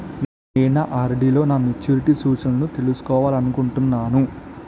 నేను నా ఆర్.డి లో నా మెచ్యూరిటీ సూచనలను తెలుసుకోవాలనుకుంటున్నాను